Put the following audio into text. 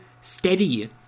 steady